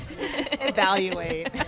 Evaluate